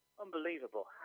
Unbelievable